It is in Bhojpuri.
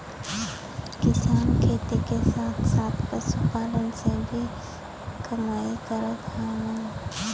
किसान खेती के साथ साथ पशुपालन से भी कमाई करत हउवन